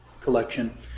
collection